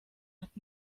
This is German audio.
hat